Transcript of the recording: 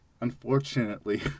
unfortunately